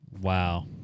Wow